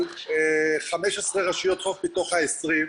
על 15 רשויות חוף מתוך ה-20.